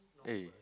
eh